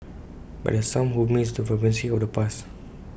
but there are some who miss the vibrancy of the past